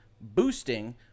boosting